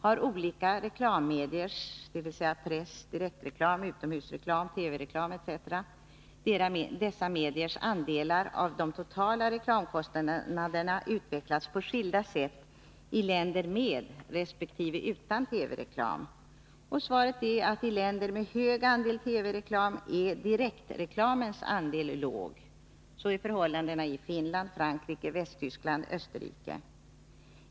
Har olika reklammediers, dvs. press, direktreklam, utomhusreklam, TV-reklam etc., andelar av de totala reklamkostnaderna utvecklats på skilda sätt i länder med resp. utan TV-reklam? Svar: I länder med hög andel TV-reklam är direktreklamens andel låg. Så är förhållandet i Finland, Frankrike, Västtyskland och Österrike.